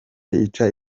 ica